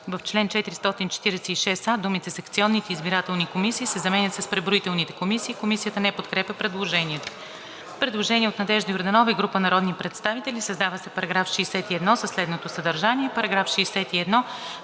В чл. 446а думите „секционните избирателни комисии“ се заменят с „преброителните комисии“.“ Комисията не подкрепя предложението. Предложение от Надежда Йорданова и група народни представители: „Създава се § 61 със следното съдържание: